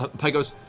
but pike goes,